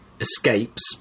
escapes